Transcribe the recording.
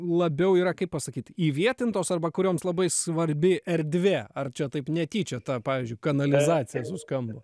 labiau yra kaip pasakyt įvietintos arba kurioms labai svarbi erdvė ar čia taip netyčia ta pavyzdžiui kanalizacija suskambo